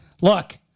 look